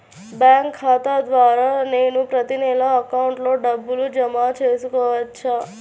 Bank ఖాతా ద్వారా నేను ప్రతి నెల అకౌంట్లో డబ్బులు జమ చేసుకోవచ్చా?